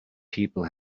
people